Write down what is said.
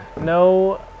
no